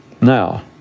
Now